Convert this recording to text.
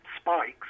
spikes